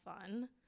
fun